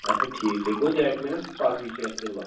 اَچھا ٹھیٖک ٹھیٖک گوٚو دیٹ میٖنٕز پگہٕے چھُ اَسہِ تیٚلہِ وَسُن